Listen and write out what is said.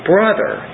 brother